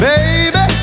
Baby